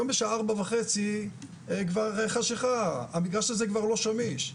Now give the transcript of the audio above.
היום בשעה 16:30 כבר חשכה, המגרש הזה כבר לא שמיש.